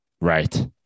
Right